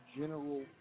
general